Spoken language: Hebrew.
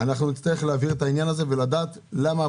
אנחנו נצטרך להבהיר את העניין הזה ולדעת למה.